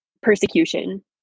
Persecution